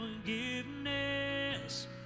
Forgiveness